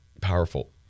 powerful